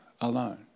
alone